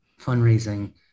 fundraising